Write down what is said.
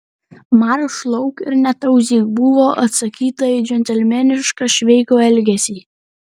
marš lauk ir netauzyk buvo atsakyta į džentelmenišką šveiko elgesį